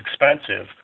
expensive